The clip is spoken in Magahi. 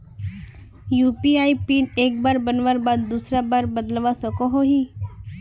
यु.पी.आई पिन एक बार बनवार बाद दूसरा बार बदलवा सकोहो ही?